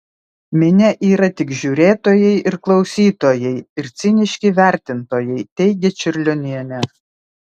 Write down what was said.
minia yra tik žiūrėtojai ir klausytojai ir ciniški vertintojai teigia čiurlionienė